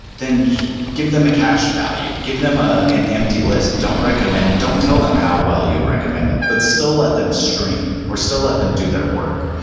then give them a cache value. give them ah an empty empty list. don't recommend. don't tell them how well you'd recommend it, but still let them stream or still let them do their work.